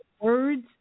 words